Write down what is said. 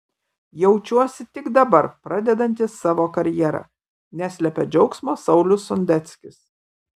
jaučiuosi tik dabar pradedantis savo karjerą neslepia džiaugsmo saulius sondeckis